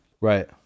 Right